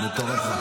--- מטורף.